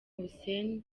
hussein